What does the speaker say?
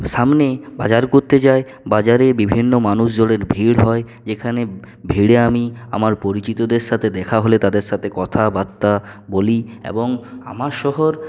সামনেই বাজার করতে যাই বাজারে বিভিন্ন মানুষজনের ভিড় হয় এখানে ভিড়ে আমি আমার পরিচিতদের সাথে দেখা হলে তাদের সাথে কথা বার্তা বলি এবং আমার শহর